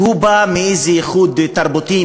שבא מאיזה ייחוד תרבותי,